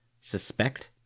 Suspect